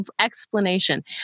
explanation